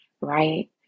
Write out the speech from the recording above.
right